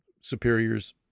superiors